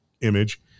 image